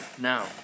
now